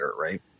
right